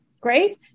Great